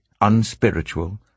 unspiritual